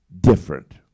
different